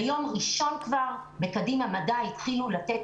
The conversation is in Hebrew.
ביום ראשון כבר בקדימה מדע התחילו לתת